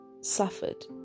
suffered